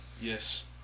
Yes